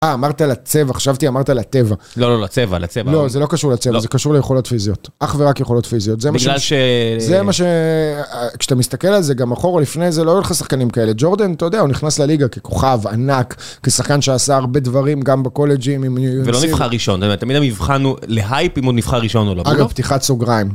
אמרת על הצבע, חשבתי, אמרת על הטבע. לא, לא, לצבע, לצבע. לא, זה לא קשור לצבע, זה קשור ליכולות פיזיות. אך ורק ליכולות פיזיות. בגלל ש... זה מה ש... כשאתה מסתכל על זה גם אחור או לפני, זה לא הולך לשחקנים כאלה. ג'ורדן, אתה יודע, הוא נכנס לליגה ככוכב ענק, כשחקן שעשה הרבה דברים גם בקולג'ים עם... ולא נבחר ראשון, זאת אומרת, תמיד המבחן להייפ אם הוא נבחר ראשון או לא. אגב, פתיחת סוגריים.